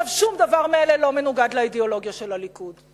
שום דבר מאלה לא מנוגד לאידיאולוגיה של הליכוד.